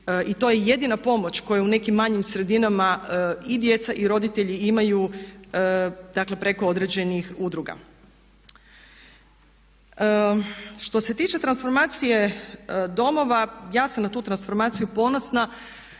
I to je jedina pomoć koja u nekim manjim sredinama i djeca i roditelji imaju, dakle preko određenih udruga. Što se tiče transformacije domova ja sam na tu transformaciju ponosna.